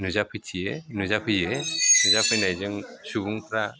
नुजाफैथियो नुजाफैयो नुजाफैनायजों सुबुंफ्रा